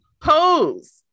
Pose